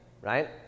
right